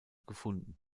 gefunden